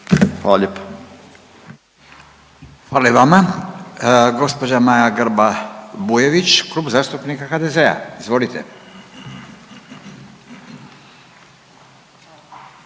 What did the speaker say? (Nezavisni)** Hvala i vama. Gospođa Maja Grba-Bujević, Klub zastupnika HDZ-a. Izvolite.